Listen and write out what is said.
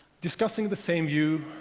discussing the same view,